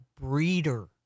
breeder